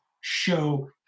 show